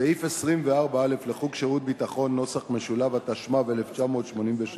סעיף 24א לחוק שירות ביטחון , התשמ"ו 1986,